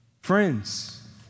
Friends